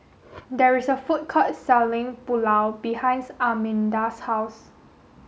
there is a food court selling Pulao behinds Arminda's house